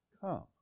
Come